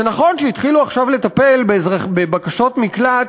זה נכון שהתחילו עכשיו לטפל בבקשות מקלט